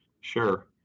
Sure